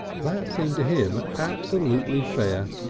that seemed to him absolutely fair.